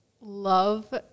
love